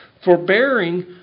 forbearing